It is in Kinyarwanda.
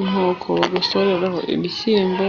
Inkoko bagosoreraho ibishyimbo,